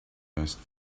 asked